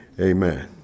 Amen